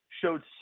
showed